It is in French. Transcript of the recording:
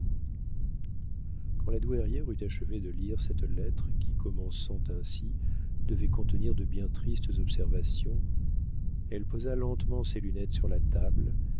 quand la douairière eut achevé de lire cette lettre qui commençant ainsi devait contenir de bien tristes observations elle posa lentement ses lunettes sur la table